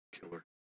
killer